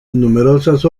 numerosas